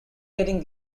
getting